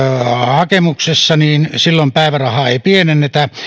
vireillä niin silloin päivärahaa ei pienennetä